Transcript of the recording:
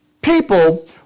People